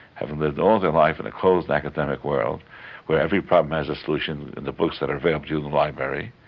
having lived all their life in a closed academic world where every problem has a solution in the books that are available to you library,